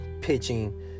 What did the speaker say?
pitching